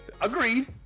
Agreed